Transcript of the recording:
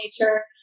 Nature